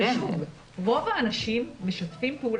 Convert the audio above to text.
רוב האנשים משתפים פעולה.